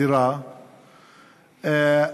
דירה,